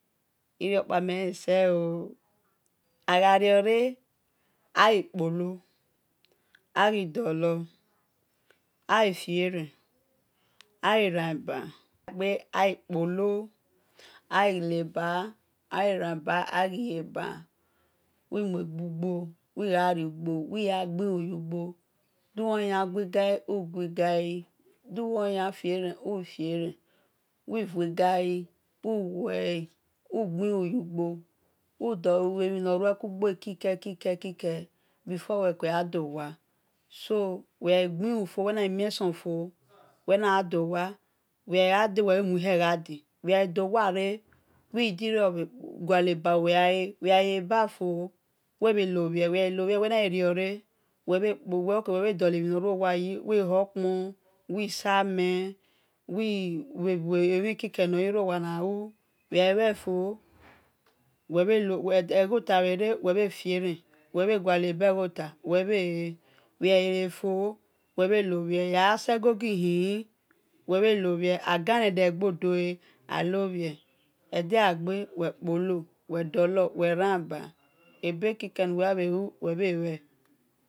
Iriokpa mele se̱ ooo aghariore aghi kpolo aghi ruba wi-muegbugbo wi ghar gbiu yu gbo du wor yan fie ran wi fie ran wi vui gai wi wue̱ wil ghiu yu-gbo udo loembi noruwugbe kike oo before we ko gha do wa we̱ gha ghiu fo de wei mie sun nor rugbo kike kike fo wigha do wa re wei mie sun nor rugbo kike kike fo wighe do wa wei gha do wa wil miu bel gha do wa wẹ gha do wa re wi dno bhe-gualeba- nu we̱ ya e̱ we gha le bar fo wei bhe lobhi wi hokpon wil samen wil wue mhi keke na u we̱ ghu lue fo egho to ghare we, bhe fre ren we̱ bhe gualeba egbhota we̱ bhete whe gha e̱ fo wei bhe lo bhe gha segogi ihiumi wei bhe ho bhi wel raba wel kpolo ibhi ma wel ekue lomhodor leka-ghe e̱ fo awo diro san la-or eka ghe no kpra fo eka ghele mam before ekue ila-or because ogho dor